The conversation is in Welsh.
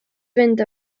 fynd